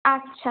আচ্ছা